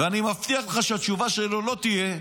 ואני מבטיח לך שהתשובה שלו לא תהיה: